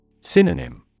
Synonym